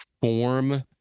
form